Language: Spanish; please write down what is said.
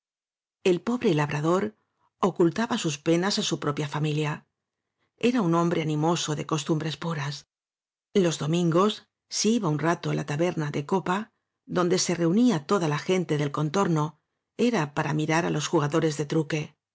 el pobre labrador ocultaba sus penas á su propia familia era un hombre animoso de cos tumbres puras los domingos si iba un rato á la taberna de copa donde se reunía toda la gente del contorno era para mirar á los juga dores de truque